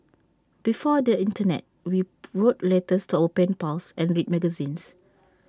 before the Internet we wrote letters to our pen pals and read magazines